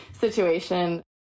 situation